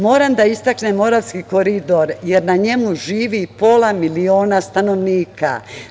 Moram da istaknem Moravski koridor, jer na njemu živi pola miliona stanovnika.